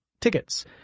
tickets